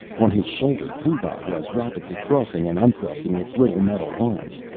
on his shoulder pooh-bah was rapidly crossing and uncrossing its little metal arms,